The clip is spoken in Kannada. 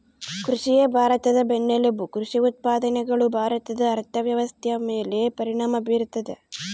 ಕೃಷಿಯೇ ಭಾರತದ ಬೆನ್ನೆಲುಬು ಕೃಷಿ ಉತ್ಪಾದನೆಗಳು ಭಾರತದ ಅರ್ಥವ್ಯವಸ್ಥೆಯ ಮೇಲೆ ಪರಿಣಾಮ ಬೀರ್ತದ